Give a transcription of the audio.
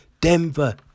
Denver